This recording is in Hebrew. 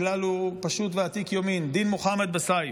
הכלל הוא פשוט ועתיק יומין: "דין מוחמד בסייף".